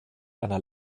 einer